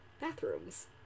bathrooms